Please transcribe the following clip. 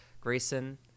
Grayson